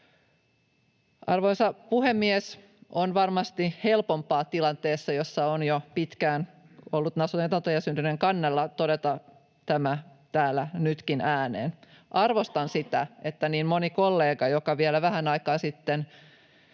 Arvoisa puhemies! On varmasti helpompaa tilanteessa, jossa on jo pitkään ollut Nato-jäsenyyden kannalla, todeta tämä täällä nytkin ääneen. Arvostan sitä, että niin moni kollega, joka vielä vähän aikaa sitten